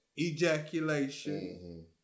ejaculation